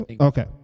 Okay